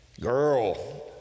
girl